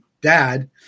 dad